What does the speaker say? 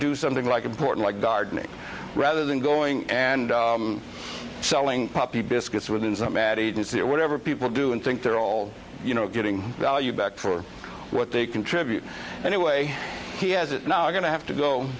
do something like important like gardening rather than going and selling puppy biscuits within the mad agency or whatever people do and think they're all you know getting value back for what they contribute anyway he has it now we're going to have to go